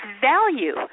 value